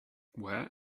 where